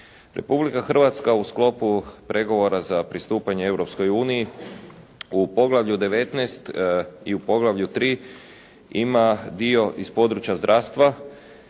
Republika Hrvatska u sklopu pregovora za pristupanje Europskoj uniji u poglavlju 19 i u poglavlju 3 ima dio iz područja zdravstva